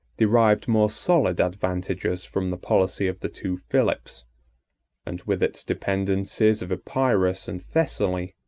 derived more solid advantages from the policy of the two philips and with its dependencies of epirus and thessaly,